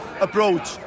approach